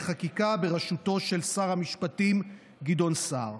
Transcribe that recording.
חקיקה בראשותו של שר המשפטים גדעון סער.